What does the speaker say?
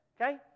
Okay